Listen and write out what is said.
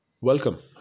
Welcome